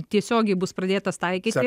tiesiogiai bus pradėtas taikyti